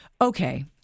Okay